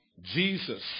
Jesus